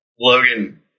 Logan